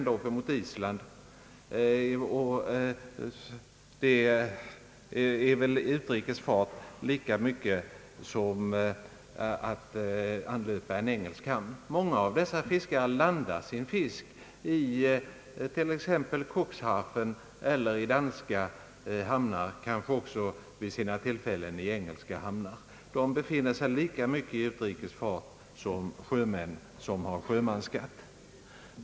Det är väl utrikesfart lika mycket som att gå mellan Sverige och England. Många av dessa fiskare landar sin fisk it.ex. Cuxhaven eller i danska hamnar, vid tillfällen kanske också i engelska hamnar. De befinner sig lika mycket i utrikesfart som sjömännen, som har sjömansskatt.